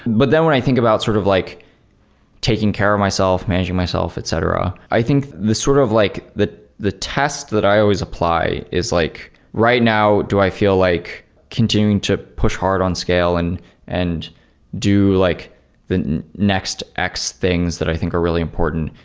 but then when i think about sort of like taking care of myself, managing myself, etc, i think the sort of like the test that i always apply is like right now do i feel like continuing to push hard on scale and and do like the next x things that i think are really important?